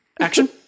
action